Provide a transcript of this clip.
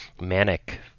manic